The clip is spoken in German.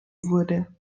wurde